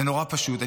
זה נורא פשוט.